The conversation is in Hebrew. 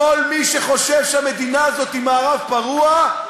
כל מי שחושב שהמדינה הזאת היא מערב פרוע,